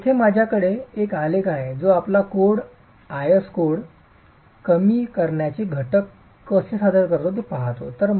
तर येथे माझ्याकडे एक आलेख आहे जो आपला कोड IS कोड कमी करण्याचे घटक कसे सादर करतो ते पाहतो